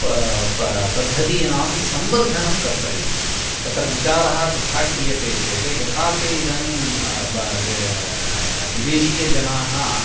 पा पा पद्धतीनां संवर्धनं कर्तव्यं तत्र विचारः तथा क्रियते चेत् यथा ते इदानीं विदेशीयजनाः